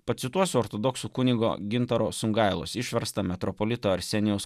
pacituos ortodoksų kunigo gintaro songailos išversto metropolito arsenijaus